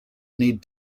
need